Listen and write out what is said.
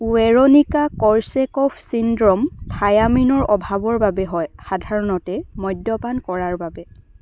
Wernicke Korsakoff syndrome থাইয়ামিনৰ অভাৱৰ বাবে হয় সাধাৰণতে মদ্যপান কৰাৰ বাবে